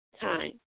Time